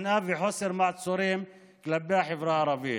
שנאה וחוסר מעצורים כלפי החברה הערבית.